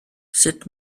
sut